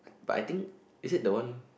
but I think is it the one